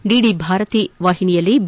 DD Bharati ವಾಹಿನಿಯಲ್ಲಿ B